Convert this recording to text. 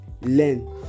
Learn